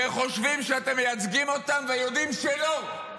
וחושבים שאתם מייצגים אותם, ויודעים שלא,